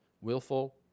willful